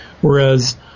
Whereas